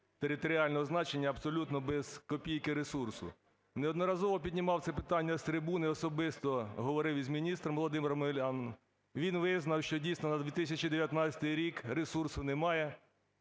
територіального значення абсолютно без копійки ресурсу. Неодноразово піднімав це питання з трибуни, особисто говорив з міністром Володимиром Омеляном. Він визнав, що, дійсно, на 2019 рік ресурсу немає.